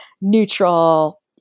neutral